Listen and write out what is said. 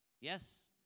Yes